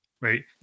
right